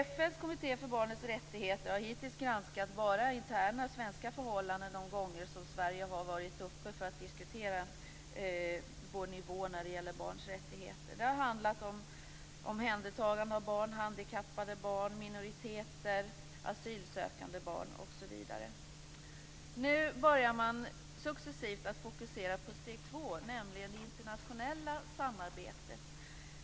FN:s kommitté för barnens rättigheter har hittills granskat våra interna svenska förhållanden de gånger som Sverige och vår nivå har varit uppe till diskussion när det gäller barns rättigheter. Det har handlat om omhändertagande av barn, handikappade barn, minoriteter, asylsökande barn osv. Nu börjar man successivt att fokusera på steg 2, nämligen det internationella samarbetet.